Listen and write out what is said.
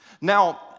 Now